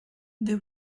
they